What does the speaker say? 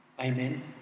amen